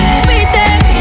sweetest